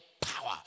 power